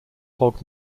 hogg